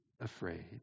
afraid